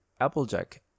Applejack